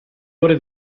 ore